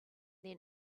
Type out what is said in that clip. then